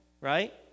right